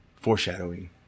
Foreshadowing